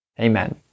Amen